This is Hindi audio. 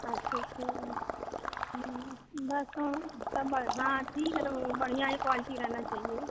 अच्छा अच्छा बस सब सब हाँ ठीक है तो बढ़िया ही क्वालटी रहना चाहिए